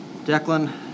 Declan